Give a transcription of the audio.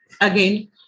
again